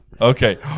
Okay